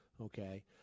okay